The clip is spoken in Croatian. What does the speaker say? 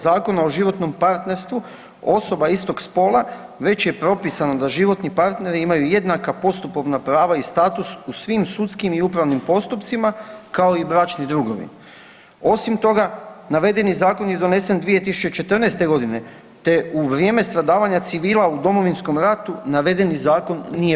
Zakona o životnom partnerstvu osoba istog spola već je propisano da životni partneri imaju jednaka postupovna prava i status u svim sudskim i upravnim postupcima kao i bračni drugovi, osim toga navedeni zakon je donesen 2014.g. te u vrijeme stradavanja civila u Domovinskom ratu navedeni zakon nije bio na snazi.